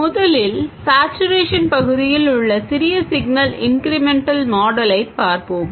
முதலில் சேட்சுரேஷன் பகுதியில் உள்ள சிறிய சிக்னல் இன்க்ரிமென்டல் மாடலைப் பார்ப்போம்